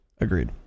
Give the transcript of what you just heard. Agreed